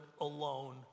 alone